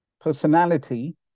personality